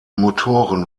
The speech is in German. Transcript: motoren